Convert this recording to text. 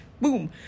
boom